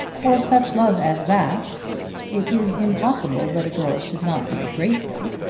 for such love as that it is impossible that a girl should not be grateful.